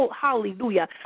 hallelujah